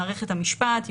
מערכת המשפט,